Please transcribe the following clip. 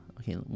Okay